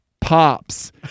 pops